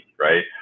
right